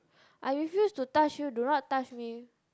I refuse to touch you do not touch me